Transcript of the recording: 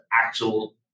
actual